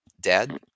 Dad